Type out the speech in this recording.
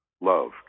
love